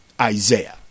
Isaiah